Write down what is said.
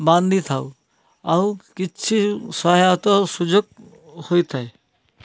ବାନ୍ଧିଥାଉ ଆଉ କିଛି ସହାୟତାର ସୁଯୋଗ ହୋଇଥାଏ